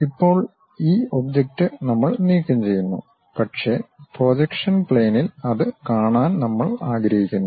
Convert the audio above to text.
ഇപ്പോൾ ഈ ഒബ്ജക്റ്റ് നമ്മൾ നീക്കംചെയ്യുന്നു പക്ഷേ പ്രൊജക്ഷൻ പ്ലേയിനിൽ അത് കാണാൻ നമ്മൾ ആഗ്രഹിക്കുന്നു